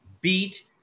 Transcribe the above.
beat